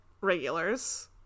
regulars